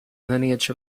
lineage